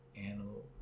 Animal